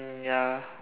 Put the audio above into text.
ya